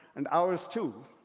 and ours too.